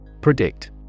Predict